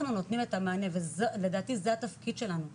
אנחנו נותנים את המענה וזה לדעתי התפקיד שלנו במדינה,